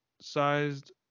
sized